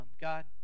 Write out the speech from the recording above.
God